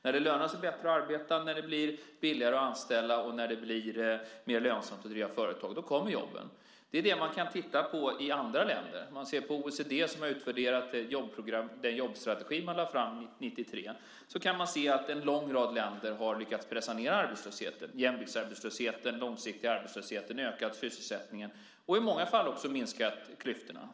När det lönar sig bättre att arbeta, blir billigare att anställda och blir mer lönsamt att driva företag kommer jobben. Det kan man titta på i andra länder. OECD har utvärderat den jobbstrategi man lade fram år 1993. Man kan se att en lång rad länder har lyckats pressa ned arbetslösheten - jämviktsarbetslösheten och den långsiktiga arbetslösheten - och öka sysselsättningen. I många fall har man också minskat klyftorna.